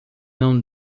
não